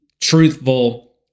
truthful